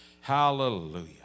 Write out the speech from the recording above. hallelujah